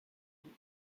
and